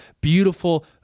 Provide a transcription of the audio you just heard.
beautiful